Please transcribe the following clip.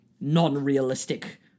non-realistic